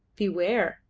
beware!